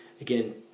again